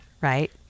right